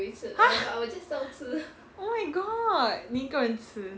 !huh! oh my god 你一个人吃